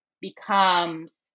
becomes